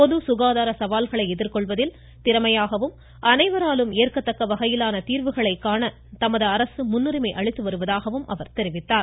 பொது சுகாதார சவால்களை எதிர்கொள்வதில் திறமையாகவும் அனைவராலும் ஏற்கத்தக்க வகையிலான தீங்வுகளை காண தமது அரசு முன்னுரிமை அளித்து வருவதாக தெரிவித்தார்